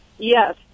Yes